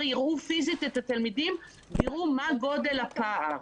יראו פיסית את התלמידים ויראו מה גודל הפער.